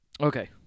Okay